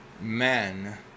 men